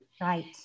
right